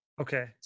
Okay